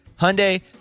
Hyundai